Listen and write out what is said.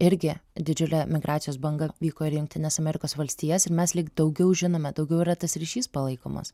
irgi didžiulė migracijos banga vyko ir į jungtines amerikos valstijas ir mes lyg daugiau žinome daugiau yra tas ryšys palaikomas